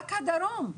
רק הדרום.